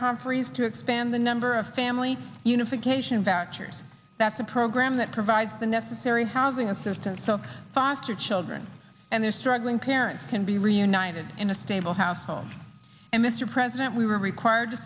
conferees to expand the number of family unification vouchers that's the program that provides the necessary housing assistance so foster children and their struggling parents can be reunited in a stable household and mr president we were required to